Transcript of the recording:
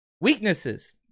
Weaknesses